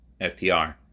FTR